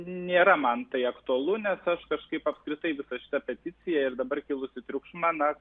nėra man tai aktualu nes aš kažkaip apskritai visą šitą peticiją ir dabar kilusį triukšmą na